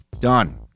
Done